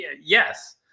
yes